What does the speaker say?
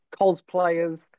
cosplayers